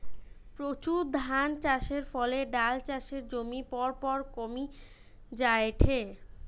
প্রচুর ধানচাষের ফলে ডাল চাষের জমি পরপর কমি জায়ঠে